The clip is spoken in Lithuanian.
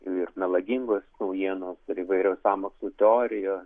ir melagingos naujienos ir įvairios sąmokslų teorijos